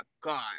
God